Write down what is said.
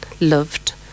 loved